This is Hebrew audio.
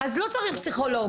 אז לא צריך פסיכולוג.